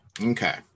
Okay